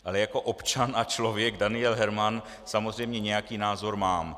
Ale jako občan a člověk Daniel Herman samozřejmě nějaký názor mám.